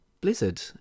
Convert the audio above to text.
Blizzard